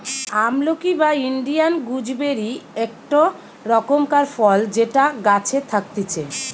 আমলকি বা Indian gooseberry একটো রকমকার ফল যেটা গাছে থাকতিছে